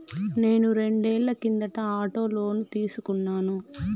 నేను రెండేళ్ల కిందట ఆటో లోను తీసుకున్నాను